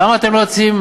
למה אתם לא מציעים